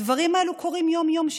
הדברים האלה קורים יום-יום,